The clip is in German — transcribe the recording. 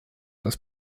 das